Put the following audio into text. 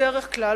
בדרך כלל,